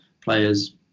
players